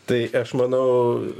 tai aš manau